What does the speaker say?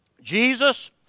Jesus